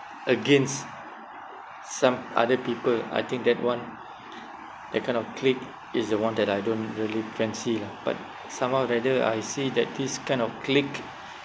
against some other people I think that one that kind of clique is the one that I don't really fancy lah but somehow rather I see that this kind of clique